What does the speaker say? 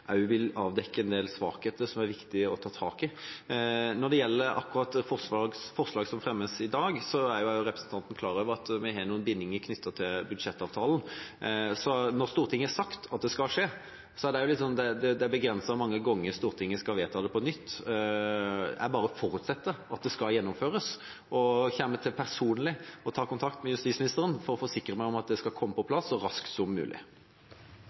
vil avdekke en del svakheter som det er viktig å ta tak i. Når det gjelder akkurat det forslaget som fremmes i dag, er jo også representanten klar over at vi har noen bindinger knyttet til budsjettavtalen. Når Stortinget har sagt at det skal skje, er det jo begrenset hvor mange ganger Stortinget skal vedta det på nytt. Jeg bare forutsetter at det skal gjennomføres, og kommer til personlig å ta kontakt med justisministeren for å forsikre meg om at det kommer på plass så raskt som mulig.